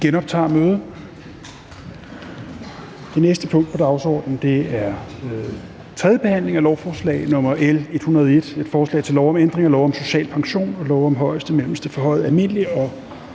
pause. --- Det næste punkt på dagsordenen er: 2) 3. behandling af lovforslag nr. L 101: Forslag til lov om ændring af lov om social pension og lov om højeste, mellemste, forhøjet almindelig og